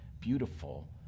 beautiful